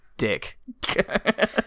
dick